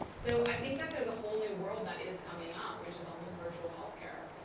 so i think that there's a whole new world that is coming up, which is almost virtual health care.